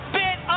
bit